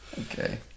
Okay